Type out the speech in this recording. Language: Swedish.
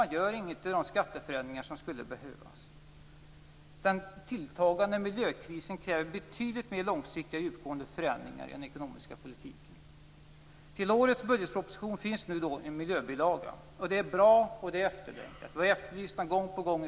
Man gör inget beträffande de skatteförändringar som skulle behövas. Den tilltagande miljökrisen kräver betydligt mera långsiktiga och djupgående förändringar i den ekonomiska politiken. Till årets budgetproposition finns en miljöbilaga. Det är bra och efterlängtat. Vi i Miljöpartiet har ju efterlyst detta gång på gång.